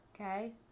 okay